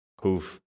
who've